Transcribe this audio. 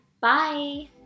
bye